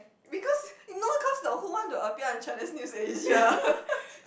because you know cause the who want to appear on Channel News Asia